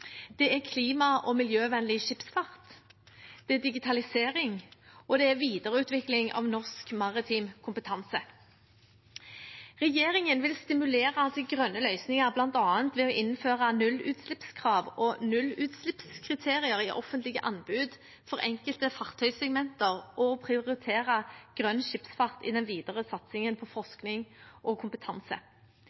Det er klima- og miljøvennlig skipsfart, digitalisering og videreutvikling av norsk maritim kompetanse. Regjeringen vil stimulere til grønne løsninger, bl.a. ved å innføre nullutslippskrav og nullutslippskriterier i offentlige anbud for enkelte fartøysegmenter og prioritere grønn skipsfart i den videre satsingen på forskning og kompetanse.